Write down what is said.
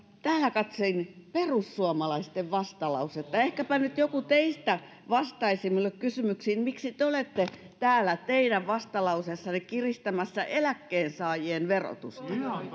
katsoin perussuomalaisten vastalausetta ehkäpä nyt joku teistä vastaisi minulle kysymykseen miksi te olette täällä teidän vastalauseessanne kiristämässä eläkkeensaajien verotusta